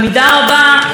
חבר הכנסת ג'בארין,